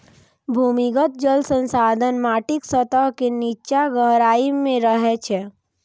भूमिगत जल संसाधन माटिक सतह के निच्चा गहराइ मे रहै छै